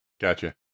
Gotcha